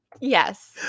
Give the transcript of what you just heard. Yes